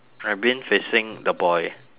my bin facing the boy